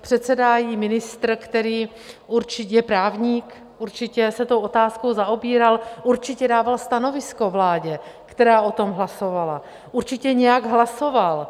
Předsedá jí ministr, který je určitě právník, určitě se tou otázkou zaobíral, určitě dával stanovisko vládě, která o tom hlasovala, určitě nějak hlasoval.